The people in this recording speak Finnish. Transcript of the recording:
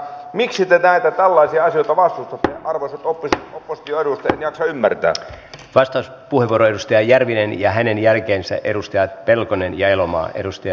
miksi te näitä tällaisia asioita vastustatte arvoisat opposition edustajat en jaksa ymmärtää sitä vastoin kuin tuoreus ja järvinen ja hänen jälkeensä edustaja pelkonen ja elomaa edusti